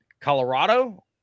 colorado